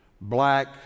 Black